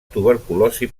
tuberculosi